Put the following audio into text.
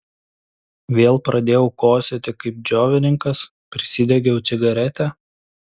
vėl pradėjau kosėti kaip džiovininkas prisidegiau cigaretę